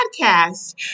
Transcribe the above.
podcast